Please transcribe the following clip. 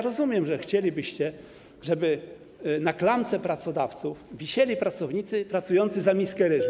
Rozumiem, że chcielibyście, żeby u klamki pracodawców wisieli pracownicy pracujący za miskę ryżu.